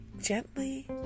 gently